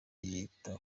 yita